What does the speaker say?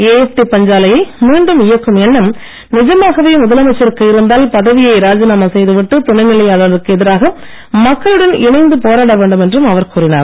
AFT பஞ்சாலையை மீண்டும் இயக்கும் எண்ணம் நிஜமாகவே முதலமைச்சருக்கு இருந்தால் பதவியை ராஜினாமா செய்து விட்டு துணைநிலை ஆளுநருக்கு எதிராக மக்களுடன் இணைந்து போராட வேண்டும் என்றும் அவர் கூறினார்